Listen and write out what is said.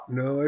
no